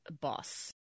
boss